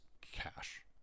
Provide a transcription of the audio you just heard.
cash